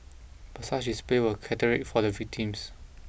but such displays were cathartic for the victims